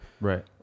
right